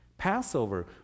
Passover